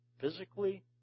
physically